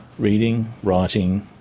reading, writing,